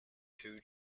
two